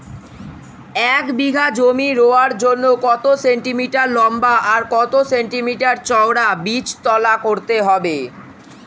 এক বিঘা জমি রোয়ার জন্য কত সেন্টিমিটার লম্বা আর কত সেন্টিমিটার চওড়া বীজতলা করতে হবে?